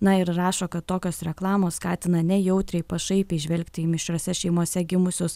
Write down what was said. na ir rašo kad tokios reklamos skatina nejautriai pašaipiai žvelgti į mišriose šeimose gimusius